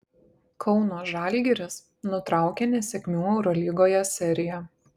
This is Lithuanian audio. kauno žalgiris nutraukė nesėkmių eurolygoje seriją